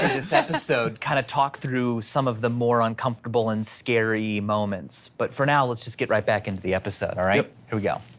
this episode, kind of talk through some of the more uncomfortable and scary moments, but for now, let's just get right back into the episode. all right, here we go.